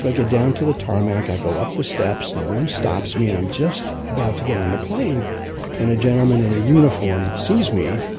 but get down to the tarmac, and i go up the steps, no one stops me, and i'm just about to get on the plane when a gentleman in a uniform sees me,